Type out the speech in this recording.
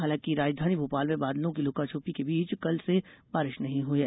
हालांकि राजधानी भोपाल में बादलों की लुका छिपी के बीच कल से बारिश नहीं हुई है